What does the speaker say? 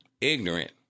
Ignorant